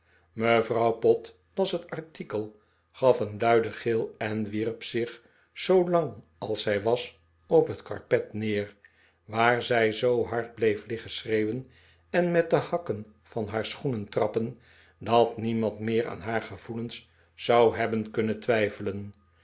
mevrouw pott las het artikel gaf een luiden gil en wierp zich zoo lang als zij was op het karpet neer waar zij zoo hard bieef liggen schreeuwen en met de hakken van haar schoenen trappen dat niemand meer aan haar gevoelens zou hebben kunnen twijfelen